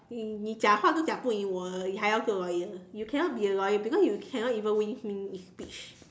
你你讲话时将不应我的你还要去 lawyer you cannot be a lawyer because you cannot even win me in speech